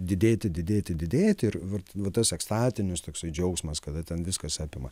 didėti didėti didėti ir vat va tas ekstatinis toksai džiaugsmas kada ten viskas apima